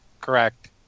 Correct